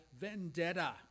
vendetta